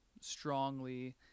strongly